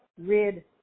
rid